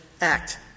act